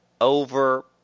over